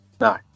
No